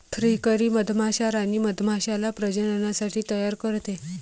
फ्रीकरी मधमाश्या राणी मधमाश्याला प्रजननासाठी तयार करते